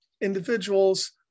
individuals